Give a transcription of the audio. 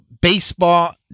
baseball